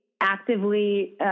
actively